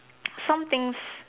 some things